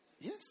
Yes